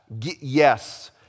Yes